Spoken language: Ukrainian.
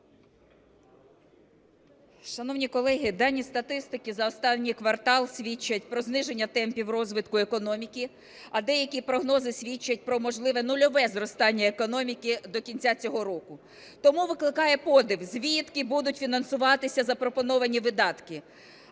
Шановні колеги, дані статистики за останній квартал свідчать про зниження темпів розвитку економіки, а деякі прогнози свідчать про можливе нульове зростання економіки до кінця цього року. Тому викликає подив, звідки будуть фінансуватися запропоновані видатки?